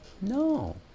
no